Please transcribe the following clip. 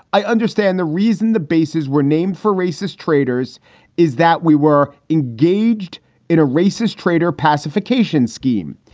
i understand the reason the bases were named for racist traitors is that we were engaged in a racist traitor pacification scheme.